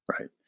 Right